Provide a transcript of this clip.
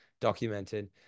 documented